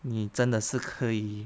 你真的是可以